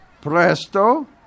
Presto